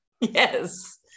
yes